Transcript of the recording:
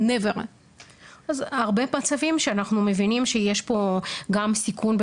אז בהרבה מצבים אנחנו מבינים שיש פה גם סיכון,